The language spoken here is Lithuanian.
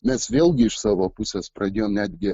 mes vėlgi iš savo pusės pradėjom netgi